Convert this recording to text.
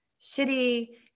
shitty